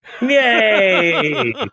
yay